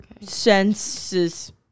senses